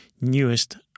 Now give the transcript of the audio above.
newest